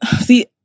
See